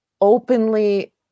openly